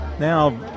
Now